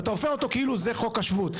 ואתה הופך אותו כאילו זה חוק השבות.